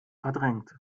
verdrängt